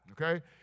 Okay